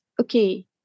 okay